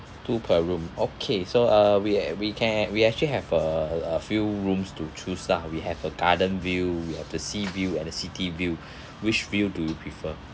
two per room okay so uh we act~ we can we actually have a a few rooms to choose lah we have a garden view we have the sea view and the city view which view do you prefer